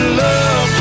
love